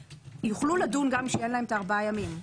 יוכלו לדון גם כשאין להם את הארבעה ימים.